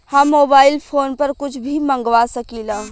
हम mobile phone पर कुछ भी मंगवा सकिला?